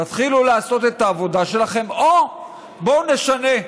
תתחילו לעשות את העבודה שלכם, או בואו נשנה.